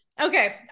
Okay